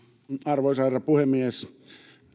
arvoisa herra puhemies